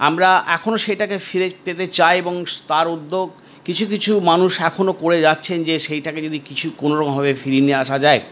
আমরা এখনো সেটাকে ফিরে পেতে চাই এবং তার উদ্যোগ কিছু কিছু মানুষ এখনো করে যাচ্ছেন যে সেইটাকে যদি কিছু কোনো রকমভাবে ফিরিয়ে নিয়ে আসা যায়